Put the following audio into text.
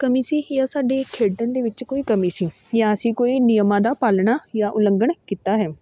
ਕਮੀ ਸੀ ਜਾਂ ਸਾਡੇ ਖੇਡਣ ਦੇ ਵਿੱਚ ਕੋਈ ਕਮੀ ਸੀ ਜਾਂ ਅਸੀਂ ਕੋਈ ਨਿਯਮਾਂ ਦਾ ਪਾਲਣਾ ਜਾਂ ਉਲੰਘਣ ਕੀਤਾ ਹੈ